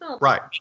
right